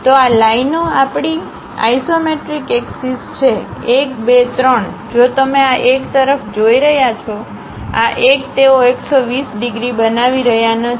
તો આ લાઇનઓ આપણી આઇસોમેટ્રિક એક્સિસ છે એક બે ત્રણ જો તમે આ એક તરફ જોઈ રહ્યા છો આ એક તેઓ 120 ડિગ્રી બનાવી રહ્યા નથી